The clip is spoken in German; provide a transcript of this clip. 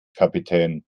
kapitän